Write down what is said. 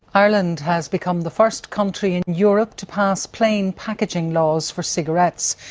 ireland has become the first country in europe to pass plain packaging laws for cigarettes.